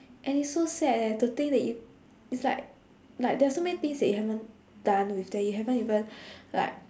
and it's so sad eh to think that you it's like like there are so many things that you haven't done with them you haven't even like